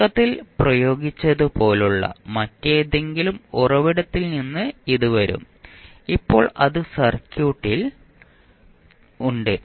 തുടക്കത്തിൽ പ്രയോഗിച്ചതുപോലുള്ള മറ്റേതെങ്കിലും ഉറവിടത്തിൽ നിന്ന് ഇത് വരും ഇപ്പോൾ അത് സർക്യൂട്ടിൽ ഉണ്ട്